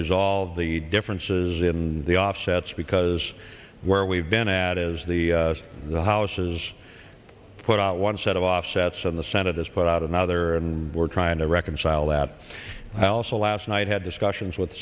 resolve the differences in the offsets because where we've been at is the the house has put out one set of offsets and the senate has put out another and we're trying to reconcile that i also last night had discussions with